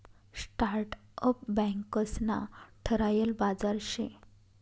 startup banks ना ठरायल बाजार शे